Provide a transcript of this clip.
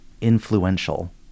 influential